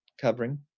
covering